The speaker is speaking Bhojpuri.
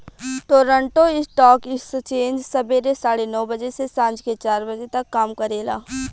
टोरंटो स्टॉक एक्सचेंज सबेरे साढ़े नौ बजे से सांझ के चार बजे तक काम करेला